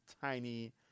tiny